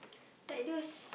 like those